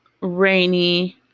Rainy